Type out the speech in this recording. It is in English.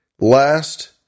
last